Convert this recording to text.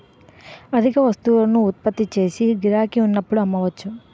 అధిక వస్తువులను ఉత్పత్తి చేసి గిరాకీ ఉన్నప్పుడు అమ్మవచ్చు